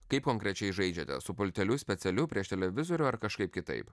kaip konkrečiai žaidžiate su pulteliu specialiu prieš televizorių ar kažkaip kitaip